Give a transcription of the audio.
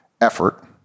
effort